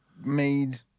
made